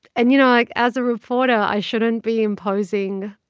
and, you know, like, as a reporter i shouldn't be imposing